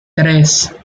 tres